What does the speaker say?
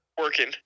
working